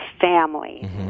family